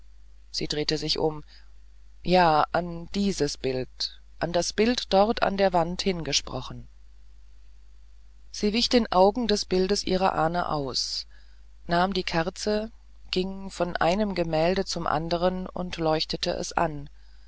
sie drehte sich um ja an dieses bild an das bild dort an der wand hin gesprochen sie wich den augen des bildes ihrer ahne aus nahm die kerze ging von einem gemälde zum anderen und leuchtete es an